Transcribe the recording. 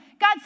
God